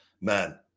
man